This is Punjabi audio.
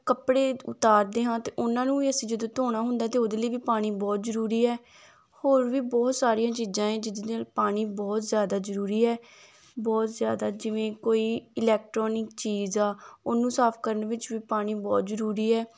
ਕੱਪੜੇ ਉਤਾਰਦੇ ਹਾਂ ਤਾਂ ਉਹਨਾਂ ਨੂੰ ਵੀ ਅਸੀਂ ਜਦੋਂ ਧੋਣਾ ਹੁੰਦਾ ਤਾਂ ਉਹਦੇ ਲਈ ਵੀ ਪਾਣੀ ਬਹੁਤ ਜ਼ਰੂਰੀ ਹੈ ਹੋਰ ਵੀ ਬਹੁਤ ਸਾਰੀਆਂ ਚੀਜ਼ਾਂ ਹੈ ਜਿਹ ਜਿਹਦੇ ਨਾਲ ਪਾਣੀ ਬਹੁਤ ਜ਼ਿਆਦਾ ਜ਼ਰੂਰੀ ਹੈ ਬਹੁਤ ਜ਼ਿਆਦਾ ਜਿਵੇਂ ਕੋਈ ਇਲੈਕਟਰੋਨਿਕ ਚੀਜ਼ ਆ ਉਹਨੂੰ ਸਾਫ ਕਰਨ ਵਿੱਚ ਵੀ ਪਾਣੀ ਬਹੁਤ ਜ਼ਰੂਰੀ ਹੈ